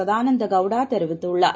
சதானந்தகௌடாதெரிவித்துள்ளார்